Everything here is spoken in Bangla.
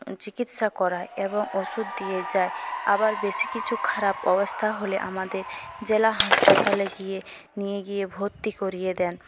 চিকিৎসা করায় এবং ওষুধ দিয়ে যায় আবার বেশি কিছু খারাপ অবস্থা হলে আমাদের জেলা হাসপাতালে গিয়ে নিয়ে গিয়ে ভর্তি করিয়ে দেন